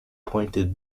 pointed